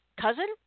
cousin